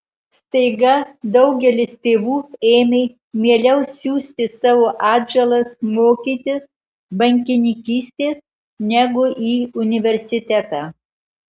staiga daugelis tėvų ėmė mieliau siųsti savo atžalas mokytis bankininkystės negu į universitetą